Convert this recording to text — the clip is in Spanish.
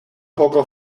poco